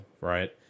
Right